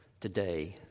today